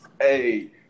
hey